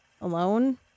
Alone